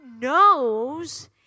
knows